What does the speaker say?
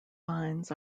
finds